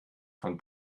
von